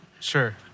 Sure